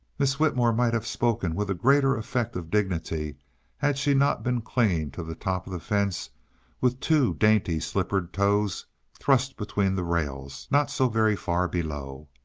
miss whitmore might have spoken with a greater effect of dignity had she not been clinging to the top of the fence with two dainty slipper toes thrust between the rails not so very far below.